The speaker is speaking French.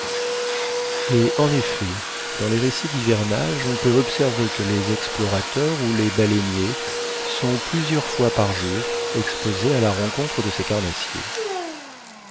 et en effet dans les récits d'hivernage on peut observer que les explorateurs ou les baleiniers sont plusieurs fois par jour exposés à la rencontre de ces carnassiers